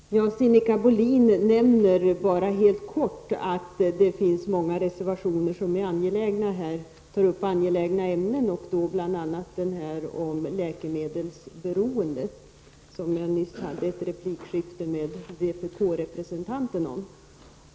Herr talman! Sinikka Bohlin nämner bara helt kort att det finns många reservationer som tar upp angelägna ämnen, bl.a. reservationen om läkemedelsberoende, som jag nyss hade ett replikskifte med v-representanten om.